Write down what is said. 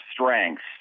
strengths